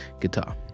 guitar